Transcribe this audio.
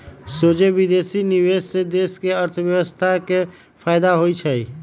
सोझे विदेशी निवेश से देश के अर्थव्यवस्था के फयदा होइ छइ